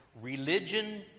Religion